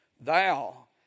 Thou